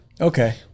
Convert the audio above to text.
Okay